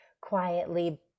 quietly